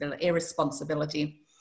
irresponsibility